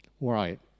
Right